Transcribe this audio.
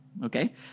Okay